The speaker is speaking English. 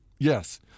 Yes